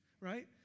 right